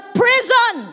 prison